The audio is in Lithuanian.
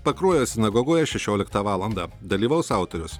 pakruojo sinagogoje šešioliktą valandą dalyvaus autorius